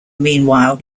meanwhile